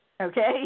okay